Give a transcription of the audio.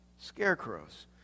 scarecrows